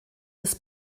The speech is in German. des